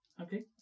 Okay